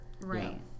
Right